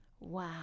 Wow